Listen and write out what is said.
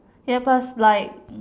ya plus like